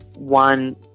One